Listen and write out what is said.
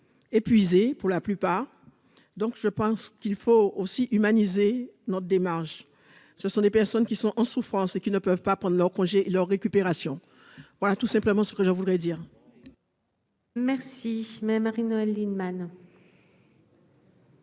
épuisées, pour la plupart, donc je pense qu'il faut aussi humaniser notre démarche, ce sont des personnes qui sont en souffrance et qui ne peuvent pas prendre leurs congés leur récupération, voilà tout simplement ce que je voulais dire. Merci,